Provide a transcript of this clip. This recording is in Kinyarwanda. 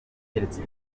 urukundo